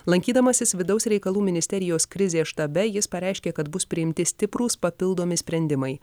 lankydamasis vidaus reikalų ministerijos krizės štabe jis pareiškė kad bus priimti stiprūs papildomi sprendimai